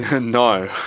no